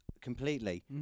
completely